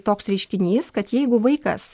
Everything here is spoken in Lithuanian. toks reiškinys kad jeigu vaikas